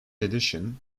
addition